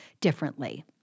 differently